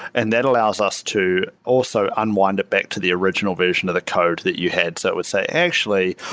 and that allows us to also unwind it back to the original version of the code that you had. so it would say, actually,